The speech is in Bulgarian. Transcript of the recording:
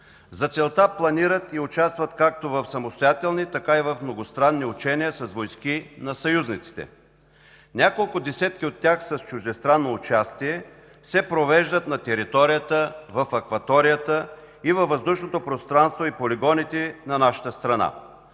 За целта планират и участват както в самостоятелни, така и в многостранни учения с войски на съюзниците. Няколко десетки от тях с чуждестранно участие се провеждат на територията, в акваторията и във въздушното пространство и полигоните на нашата страна.